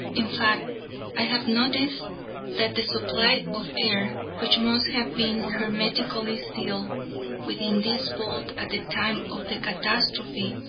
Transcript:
in fact i have noticed that the supply of air, which must have been hermetically sealed within this vault at the time of the catastrophe,